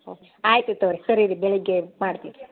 ಹ್ಞೂ ಆಯಿತು ತಗೋರೀ ಸರಿ ರೀ ಬೆಳಗ್ಗೆ ಎದ್ದು ಮಾಡ್ತೀನಿ